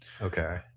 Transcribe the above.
Okay